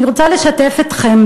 אני רוצה לשתף אתכם